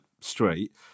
street